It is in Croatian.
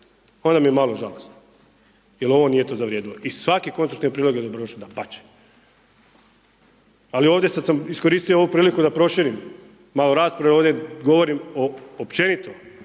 onda mi je malo žalosno jer ovo nije to zavrijedilo i svaki konstruktivni prijedlog je dobrodošao, dapače. Ali ovdje, sada sam iskoristio ovu priliku da proširim malo raspravu jer ovdje govorim o općenito